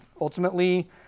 Ultimately